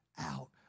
out